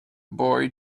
boy